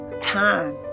Time